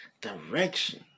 direction